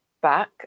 back